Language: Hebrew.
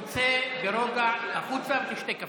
תצא ברוגע החוצה ותשתה קפה.